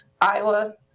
Iowa